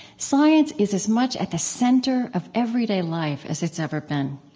science is as much at the center of everyday life as it's ever been.